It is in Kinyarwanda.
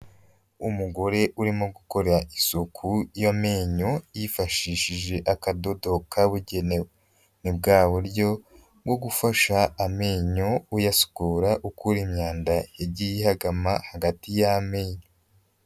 Umugore urimo gukora isuku y'amenyo yifashishije akadodo kabugenewe, ni bwa buryo bwo gufasha amenyo uyasukura, ukura imyanda yagiye ihagama hagati y'amenyo.